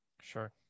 Sure